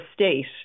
state